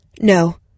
No